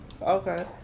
Okay